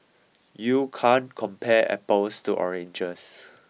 you can't compare apples to oranges